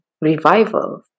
revival